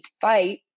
fight